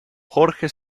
jorge